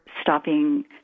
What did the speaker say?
stopping